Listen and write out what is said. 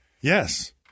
Yes